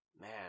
man